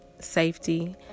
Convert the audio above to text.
safety